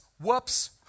Whoops